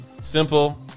simple